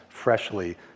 freshly